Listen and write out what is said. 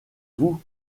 vous